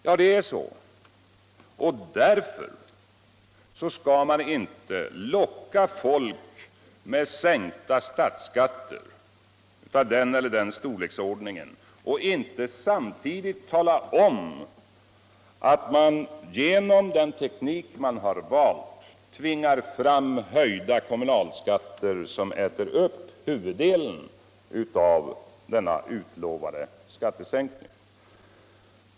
Ja, så är det, och därför skall man inte locka folk med sänkta statsskatter av den eller den storleksordningen utan att samtidigt tala om att man genom den valda tekniken för sänkningen tvingar fram höjda kommunalskatter som äter upp huvuddelen av den utlovade skattesänkningen.